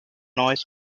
noise